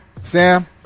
Sam